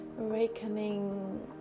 awakening